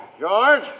George